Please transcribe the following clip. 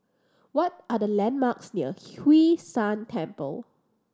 what are the landmarks near Hwee San Temple